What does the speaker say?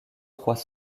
trois